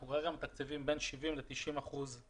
אנחנו כרגע מתקצבים בין 70 ל-90 אחוזים